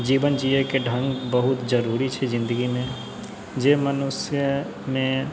जीवन जियैके ढ़ङ्ग बहुत जरूरी छै जिन्दगीमे जे मनुष्यमे